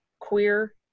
queer